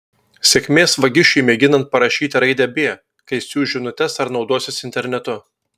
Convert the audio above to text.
sėkmės vagišiui mėginant parašyti raidę b kai siųs žinutes ar naudosis internetu